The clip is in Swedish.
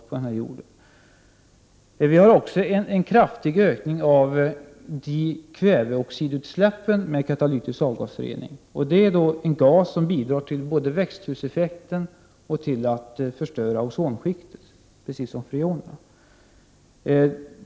Genom den katalytiska avgasreningen har vi också fått en kraftig ökning av dikväveoxidutsläppen. Det är en gas som bidrar till växthuseffekten och till att förstöra ozonskiktet, precis som freon.